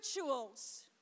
rituals